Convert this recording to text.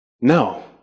No